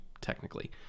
technically